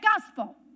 gospel